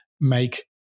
make